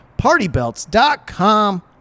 Partybelts.com